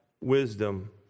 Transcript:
wisdom